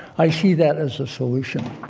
i see that as a solution.